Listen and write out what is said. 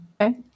Okay